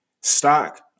stock